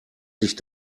sich